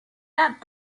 that